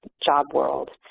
job world.